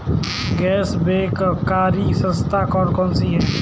गैर बैंककारी संस्थाएँ कौन कौन सी हैं?